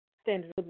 standard